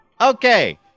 Okay